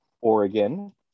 Oregon